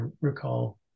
recall